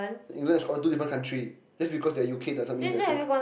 England Scotland two different country just because they are U_K doesn't mean they're same c~